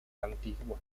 antigua